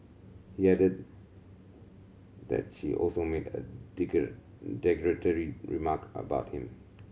he added that she also made a derogatory remark about him